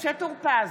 משה טור פז,